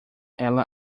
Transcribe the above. ela